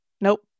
Nope